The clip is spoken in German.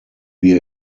wir